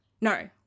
No